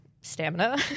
stamina